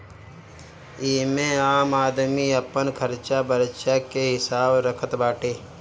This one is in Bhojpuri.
एमे आम आदमी अपन खरचा बर्चा के हिसाब रखत बाटे